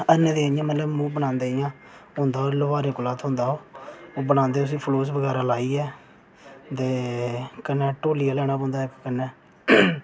ते हरणें दा मूह् बनांदे इ'यां होंदा ओह् लोहारें कोला थ्होंदा ओह् बनांदे उस्सी फलूस बगैरा लाइयै ते कन्नै टोल्ली लैना पौंदा इक्क कन्नै